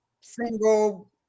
single